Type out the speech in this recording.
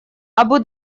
абу